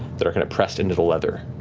that are kind of pressed into the leather.